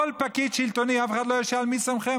כל פקיד שלטוני, אף אחד לא ישאל: מי שמכם.